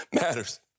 matters